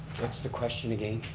what's the question again?